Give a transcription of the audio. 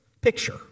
picture